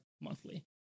monthly